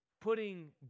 Putting